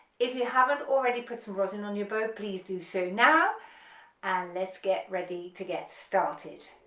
if you haven't already put some rosin on your bow please do so now and let's get ready to get started